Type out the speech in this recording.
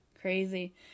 Crazy